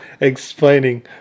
explaining